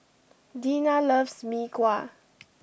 Deena loves Mee Kuah